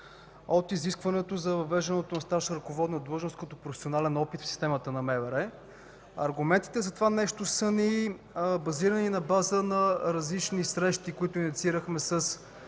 от изискването за въвеждането на стаж на ръководна длъжност като професионален опит в системата на МВР. Аргументите за това са базирани на различни срещи, които инициирахме